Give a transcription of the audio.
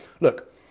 look